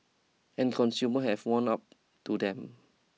and consumer have warmed up to them